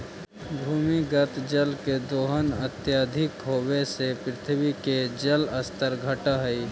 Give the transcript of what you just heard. भूमिगत जल के दोहन अत्यधिक होवऽ से पृथ्वी के जल स्तर घटऽ हई